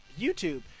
YouTube